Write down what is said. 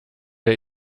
der